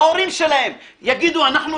ההורים שלהם יגידו אנחנו,